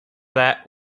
that